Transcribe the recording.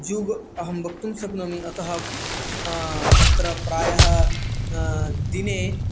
युगः अहं वक्तुं शक्नोमि अतः तत्र प्रायः दिने